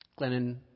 Glennon